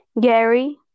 Gary